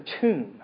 tomb